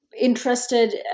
interested